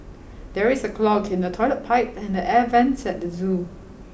there is a clog in the toilet pipe and the air vents at the zoo